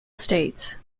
states